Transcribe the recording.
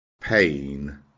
pain